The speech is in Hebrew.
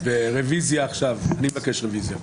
מי נגד?